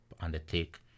undertake